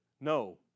No